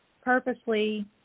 purposely